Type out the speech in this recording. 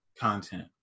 content